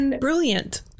brilliant